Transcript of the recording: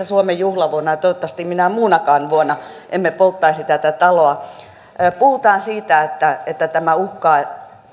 suomen juhlavuonna ja toivottavasti minään muunakaan vuonna emme polttaisi tätä taloa puhutaan siitä että että tämä uhkaa